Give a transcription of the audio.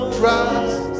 trust